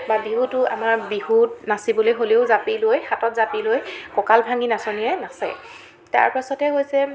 বা বিহুতো আমাৰ বিহুত নাচিবলৈ হ'লেও জাপি লৈ হাতত জাপি লৈ কঁকাল ভাঙি নাচনীয়ে নাচে তাৰপাছতে হৈছে